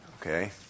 Okay